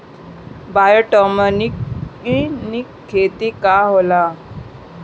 Biodynamic खेती का होला?